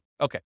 Okay